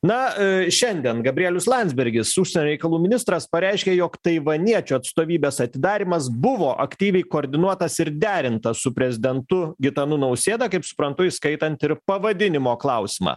na šiandien gabrielius landsbergis užsienio reikalų ministras pareiškė jog taivaniečių atstovybės atidarymas buvo aktyviai koordinuotas ir derintas su prezidentu gitanu nausėda kaip suprantu įskaitant ir pavadinimo klausimą